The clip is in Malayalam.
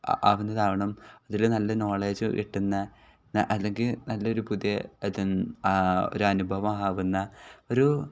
ആകുന്നതാവണം അതിൽ നല്ല നോളേജ് കിട്ടുന്ന അല്ലെങ്കിൽ നല്ലൊരു പുതിയ അത് ആ ഒരു അനുഭവം ആകുന്ന ഒരു